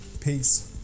Peace